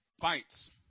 bites